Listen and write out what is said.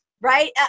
right